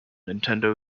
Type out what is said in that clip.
nintendo